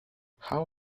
how